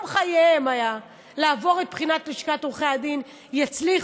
חייהם היה לעבור את בחינת לשכת עורכי הדין יצליחו,